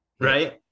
Right